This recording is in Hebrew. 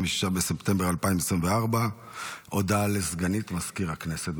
26 בספטמבר 2024. הודעה לסגנית מזכיר הכנסת,